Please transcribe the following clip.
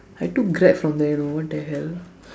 I took Grab from there you know what the hell